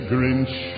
Grinch